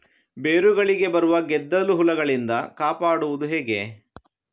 ಬೇರುಗಳಿಗೆ ಬರುವ ಗೆದ್ದಲು ಹುಳಗಳಿಂದ ಕಾಪಾಡುವುದು ಹೇಗೆ?